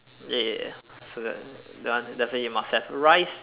ya ya ya so that that one must definitely must have rice